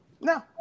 No